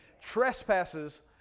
trespasses